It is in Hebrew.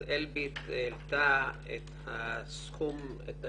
אז "אלביט" העלתה את התחשיב